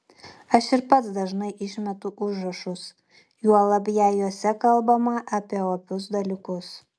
aš ir pats dažnai išmetu užrašus juolab jei juose kalbama apie opius dalykus